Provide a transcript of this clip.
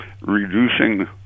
reducing